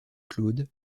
claude